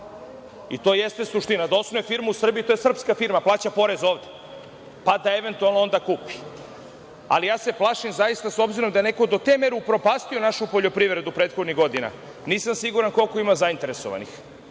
i to jeste suština da osnuje firmu u Srbiji, to je srpska firma i plaća porez ovde, pa da eventualno ovde kupi. Ali, plašim se zaista, obzirom da je neko do te mere upropastio našu poljoprivredu prethodnih godina, nisam siguran koliko ima zainteresovanih,